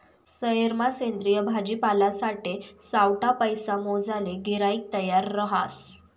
सयेरमा सेंद्रिय भाजीपालासाठे सावठा पैसा मोजाले गिराईक तयार रहास